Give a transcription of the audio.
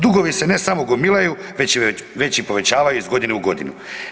Dugovi se ne samo gomilaju već i povećavaju iz godine u godinu.